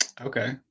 Okay